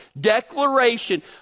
declaration